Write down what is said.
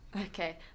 Okay